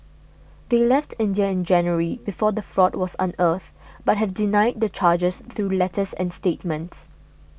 they left India in January before the fraud was unearthed but have denied the charges through letters and statements